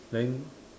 then